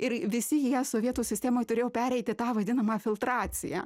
ir visi jie sovietų sistemoj turėjo pereiti tą vadinamą filtraciją